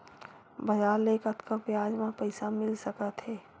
बजार ले कतका ब्याज म पईसा मिल सकत हे?